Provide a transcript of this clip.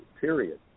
period